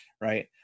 right